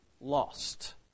lost